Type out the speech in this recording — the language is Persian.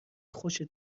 خوشت